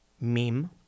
meme